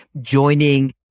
joining